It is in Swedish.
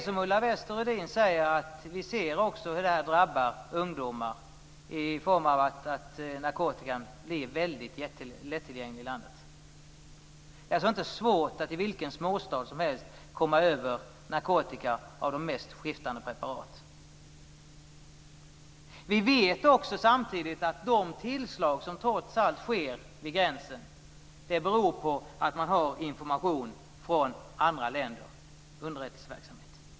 Som Ulla Wester-Rudin säger ser vi också hur det här drabbar ungdomar på så sätt att narkotikan i landet blir väldigt lättillgänglig. Det är inte svårt att i vilken småstad som helst komma över de mest skiftande narkotikapreparat. Vi vet samtidigt att de tillslag som trots allt sker vid gränsen beror på att man har information från andra länder, dvs. underrättelseverksamhet.